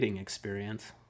experience